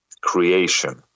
creation